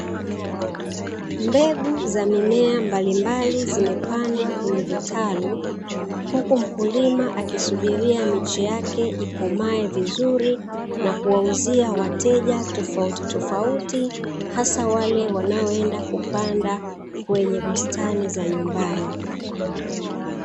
Mbegu za mimea mbalimbali zimepandwa kwenye vitalu, huku mkulima akisubiria miche yake ikomae vizuri na kuwauzia wateja tofauti tofauti. Hasa wale wanaoenda kupanda kwenye bustani za nyumbani.